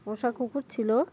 পোষা কুকুর ছিল